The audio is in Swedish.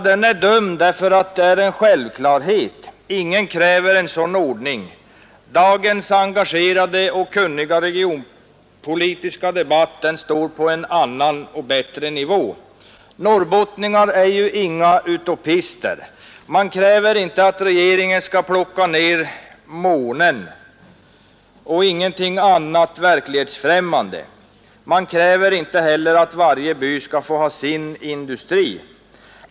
Den är dum därför att det är en självklarhet — ingen kräver en sådan ordning. Dagens engagerade regionpolitiska debatt står på en annan och högre nivå. Norrbottningarna är inga utopister. De kräver inte att regeringen skall plocka ner månen eller något sådant verklighetsfrämmande. De kräver inte heller att varje by skall få sin industri.